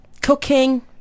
cooking